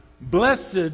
Blessed